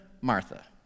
Martha